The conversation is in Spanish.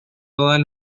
todas